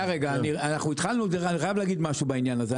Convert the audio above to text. אני חייב להגיד משהו בעניין הזה,